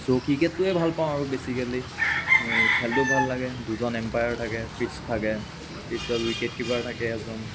ছ' ক্ৰিকেটটোৱে ভাল পাওঁ আৰু বেছিকেলী খেলটো ভাল লাগে দুজন এম্পায়াৰ থাকে পিচ্ছ থাকে পিচ্ছত উইকেট কিপাৰ থাকে এজন